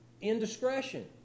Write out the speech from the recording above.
indiscretion